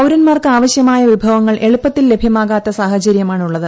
പൌരന്മാർക്ക് ആവശ്യമായ വിഭവങ്ങൾ എളുപ്പത്തിൽ ലഭ്യമാകാത്ത സാഹചര്യമാണ് ഉള്ളത്